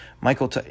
Michael –